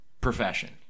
profession